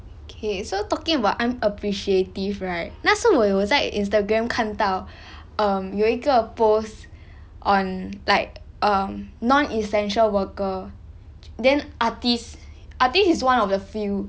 okay so talking about unappreciative right 那是我有我在 instagram 看到 um 有一个 post on like um non-essential worker then artist artist is one of the few